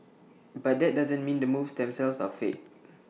but that doesn't mean the moves themselves are fake